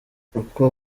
uko